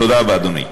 תודה רבה, אדוני.